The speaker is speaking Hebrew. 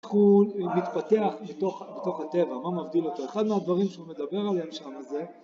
הוא מתפתח בתוך הטבע, מה מבדיל אותו? אחד מהדברים שהוא מדבר עליהם שם זה